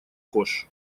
кош